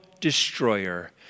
destroyer